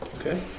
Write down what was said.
Okay